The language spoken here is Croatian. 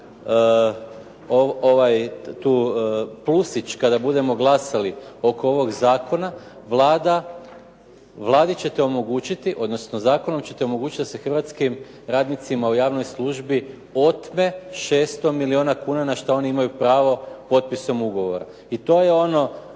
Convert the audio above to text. tu, plusić kada budemo glasali oko ovoga zakona Vladi ćete omogućiti, odnosno zakonom ćete omogućiti da se hrvatskim radnicima u javnoj službi otme 600 milijuna kuna na šta oni imaju pravo potpisom ugovora. I to je ono